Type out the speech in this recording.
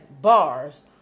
bars